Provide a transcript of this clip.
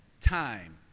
time